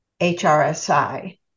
HRSI